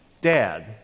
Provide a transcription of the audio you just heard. Dad